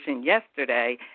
yesterday